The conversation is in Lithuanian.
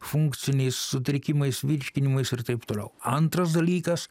funkciniais sutrikimais virškinimui ir taip toliau antras dalykas